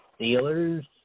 Steelers